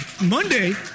Monday